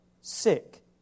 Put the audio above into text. Sick